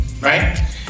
right